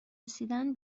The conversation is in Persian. رسیدن